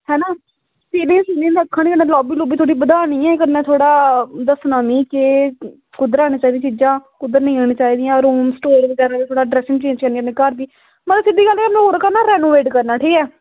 ते में सोचा नी लॉबी थोह्ड़ी बधानी ऐ ते थोह्ड़ा दस्सना मिगी की कुद्धर आनी चाही दियां चीज़ां ते स्टोर बगैरा ते ड्रैसिंग घर बगैरा बी बस सिद्धा रेनोवेट करना ठीक ऐ